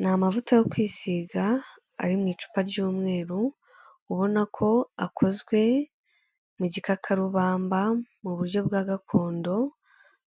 Ni amavuta yo kwisiga ari mu icupa ry'umweru, ubona ko akozwe mu gikakarubamba, mu buryo bwa gakondo